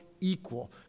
equal